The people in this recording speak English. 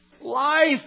life